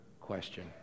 question